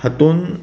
हातूंत